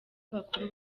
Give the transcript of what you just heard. abakuru